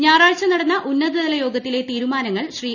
ഞായറാഴ്ച നടന്ന ഉന്നതതലയോഗത്തിലെ തീരുമാനങ്ങൾ ശ്രീ